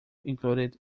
included